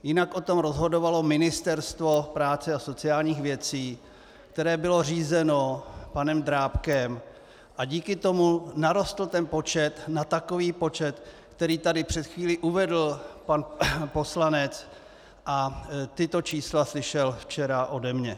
Jinak o tom rozhodovalo Ministerstvo práce a sociálních věcí, které bylo řízeno panem Drábkem, a díky tomu narostl ten počet na takový počet, který tady před chvílí uvedl pan poslanec, a tato čísla slyšel včera ode mne.